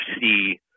see